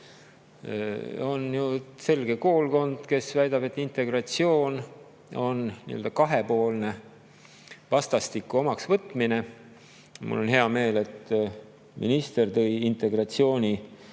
ju selge koolkond, kes väidab, et integratsioon on kahepoolne vastastikku omaksvõtmine. Mul on hea meel, et minister tõi integratsiooni